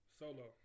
solo